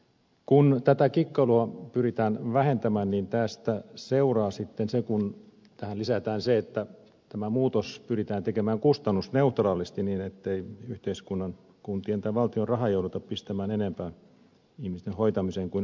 kun tätä kikkailua pyritään vähentämään niin tästä seuraa sitten se kun tähän lisätään se että tämä muutos pyritään tekemään kustannusneutraalisti niin ettei yhteiskunnan tai valtion rahaa jouduta pistämään enempää ihmisten hoitamiseen kuin